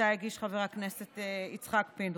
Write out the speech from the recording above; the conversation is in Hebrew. שאותה הגיש חבר הכנסת יצחק פינדרוס.